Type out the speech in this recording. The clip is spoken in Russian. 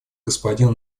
господина